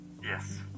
Yes